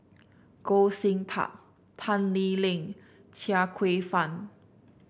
Goh Sin Tub Tan Lee Leng Chia Kwek Fah